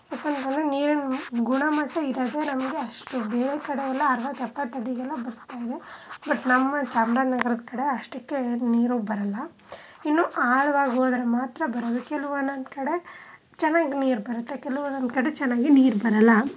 ಯಾಕಂತಂದರೆ ನೀರಿನ ಗುಣಮಟ್ಟ ಇರೋದೇ ನಮಗೆ ಅಷ್ಟು ಬೇರೆ ಕಡೆಯೆಲ್ಲ ಅರ್ವತ್ತು ಎಪ್ಪತ್ತು ಅಡಿಗೆಲ್ಲ ಬರ್ತಾ ಇದೆ ಬಟ್ ನಮ್ಮ ಚಾಮ್ರಾಜ್ನಗರದ ಕಡೆ ಅಷ್ಟಕ್ಕೆ ನೀರು ಬರಲ್ಲ ಇನ್ನೂ ಆಳ್ವಾಗಿ ಹೋದ್ರೆ ಮಾತ್ರ ಬರೋದು ಕೆಲವೊಂದೊಂದು ಕಡೆ ಚೆನ್ನಾಗಿ ನೀರು ಬರುತ್ತೆ ಕೆಲವೊಂದೊಂದು ಕಡೆ ಚೆನ್ನಾಗಿ ನೀರು ಬರಲ್ಲ